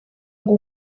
ngo